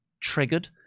triggered